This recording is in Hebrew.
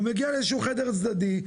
הוא מגיע לאיזשהו חדר צדדי,